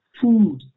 food